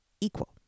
equal